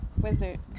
Wizard